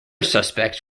suspects